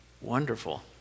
wonderful